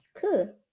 Cool